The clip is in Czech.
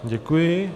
Děkuji.